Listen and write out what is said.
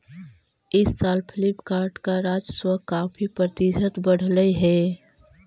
इस साल फ्लिपकार्ट का राजस्व काफी प्रतिशत बढ़लई हे